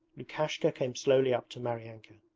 lukashka came slowly up to maryanka.